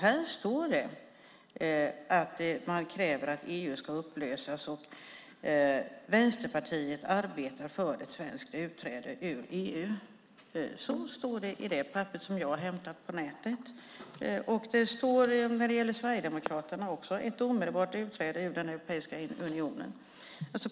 Här står det att man kräver att EU ska upplösas och att Vänsterpartiet arbetar för ett svenskt utträde ur EU. Så står det i det papper som jag har hämtat på nätet. Det står också när det gäller Sverigedemokraterna om ett omedelbart utträde ur Europeiska unionen.